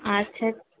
আচ্ছা আচ্ছা